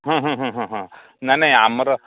ହଁ ହଁଁ ହଁ ନାଇଁ ନାଇଁ ଆମର